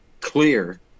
clear